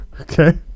Okay